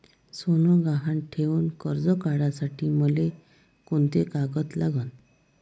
सोनं गहान ठेऊन कर्ज काढासाठी मले कोंते कागद लागन?